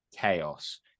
chaos